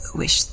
wish